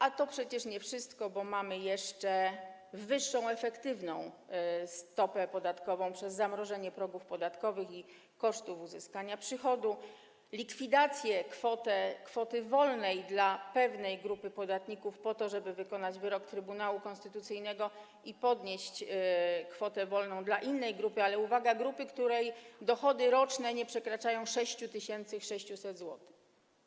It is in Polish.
A to przecież nie wszystko, bo mamy jeszcze wyższą efektywną stopę podatkową przez zamrożenie progów podatkowych i kosztów uzyskania przychodu, likwidację kwoty wolnej dla pewnej grupy podatników po to, żeby wykonać wyrok Trybunału Konstytucyjnego i podnieść kwotę wolną dla innej grupy, ale uwaga, grupy, której dochody roczne nie przekraczają 6600 zł.